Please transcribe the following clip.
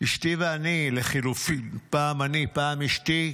אשתי ואני לחלופין, פעם אני, פעם אשתי,